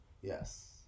Yes